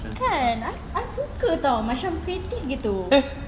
kan I suka [tau] macam creative gitu